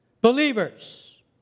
believers